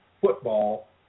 football